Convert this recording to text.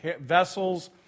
vessels